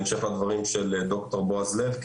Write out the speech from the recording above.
בהמשך לדברים של ד"ר בועז לב,